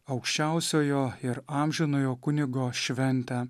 aukščiausiojo ir amžinojo kunigo šventę